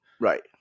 right